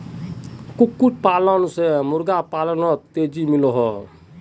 कुक्कुट पालन से मुर्गा पालानोत तेज़ी मिलोहो